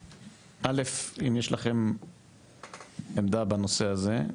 אל"ף, אם יש לכם עמדה בנושא הזה,